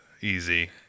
easy